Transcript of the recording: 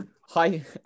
hi